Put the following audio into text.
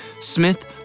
Smith